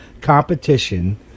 competition